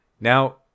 Now